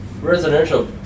Residential